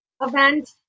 event